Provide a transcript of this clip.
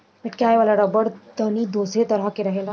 मेटकावे वाला रबड़ तनी दोसरे तरह के रहेला